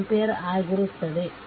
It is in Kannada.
75 ampere